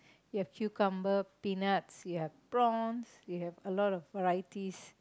you have cucumber peanut you have prawns you have a lot of varieties